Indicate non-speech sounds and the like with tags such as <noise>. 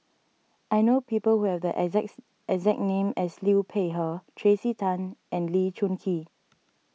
I know people who have the exact <noise> exact name as Liu Peihe Tracey Tan and Lee Choon Kee